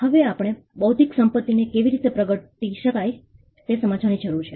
હવે આપણે બૌદ્ધિક સંપત્તિને કેવી રીતે પ્રગટ કરી શકાય તે સમજવાની જરૂર છે